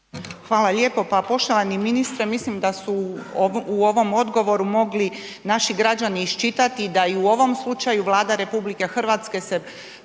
Hvala lijepo, pa poštovani ministre mislim da su u ovom odgovoru mogli naši građani iščitati da i u ovom slučaju Vlada RH se